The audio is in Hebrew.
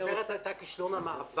הכותרת הייתה "כישלון תאגיד השידור